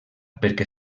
perquè